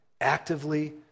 actively